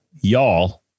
Y'all